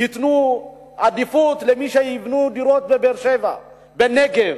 ייתנו עדיפות למי שיקנו דירות בבאר-שבע, בנגב,